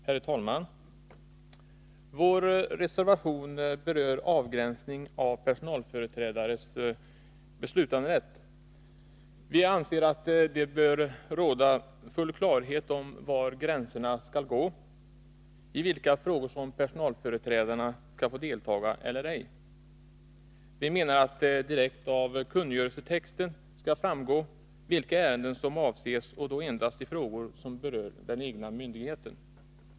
Herr talman! Reservation 2 berör avgränsningen av personalföreträdarnas beslutanderätt. Vi reservanter anser att det bör råda full klarhet om var gränserna skall gå, i vilka frågor personalföreträdarna skall få delta eller ej. Vi menar att det direkt av kungörelsetexten skall framgå vilka ärenden som avses, och då endast i frågor som berör den egna myndigheten.